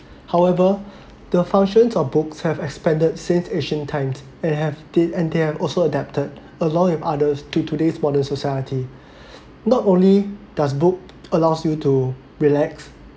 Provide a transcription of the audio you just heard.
however the functions of books have expanded since ancient times and have they and they're also adapted along with others to today's modern society not only does book allows you to relax